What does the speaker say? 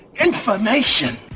information